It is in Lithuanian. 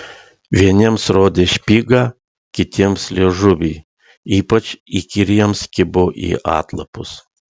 vieniems rodė špygą kitiems liežuvį ypač įkyriems kibo į atlapus